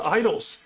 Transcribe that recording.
idols